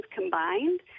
combined